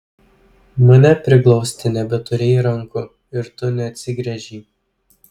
mane priglausti nebeturėjai rankų ir tu neatsigręžei